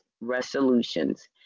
resolutions